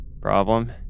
Problem